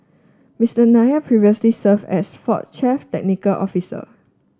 Mister Nair previously served as Ford chief technical officer